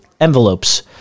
envelopes